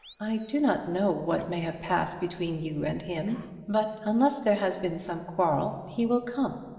i do not know what may have passed between you and him but unless there has been some quarrel he will come.